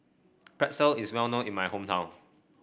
pretzel is well known in my hometown